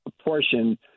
portion